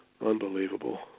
Unbelievable